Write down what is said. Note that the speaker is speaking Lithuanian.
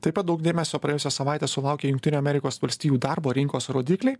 taip pat daug dėmesio praėjusią savaitę sulaukė jungtinių amerikos valstijų darbo rinkos rodikliai